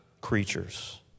creatures